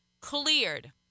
cleared